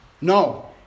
No